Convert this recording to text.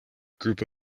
group